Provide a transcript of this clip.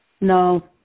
No